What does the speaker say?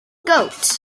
goat